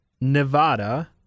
Nevada